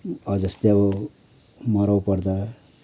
जस्तै अब मराउ पर्दा